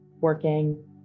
working